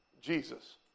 Jesus